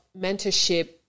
mentorship